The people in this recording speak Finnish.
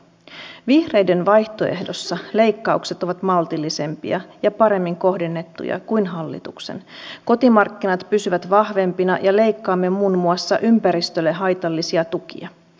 ja vaikka istun oppositiossa niin minä sanon vaan että nyt kun hallitus yrittää tehdä jotakin niin mielelläni suon sille tilaisuuden yrittää